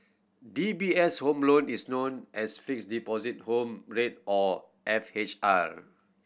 D B S Home Loan is known as Fixed Deposit Home Rate or F H R